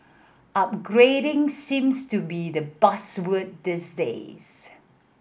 upgrading seems to be the buzzword these days